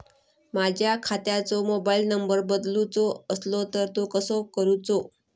माझ्या खात्याचो mobile number बदलुचो असलो तर तो कसो करूचो?